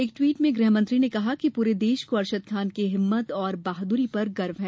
एक ट्वीट में गृहमंत्री ने कहा कि पूरे देश को अशरद खान की हिम्मत और बहादुरी पर गर्व है